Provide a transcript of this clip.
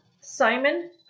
Simon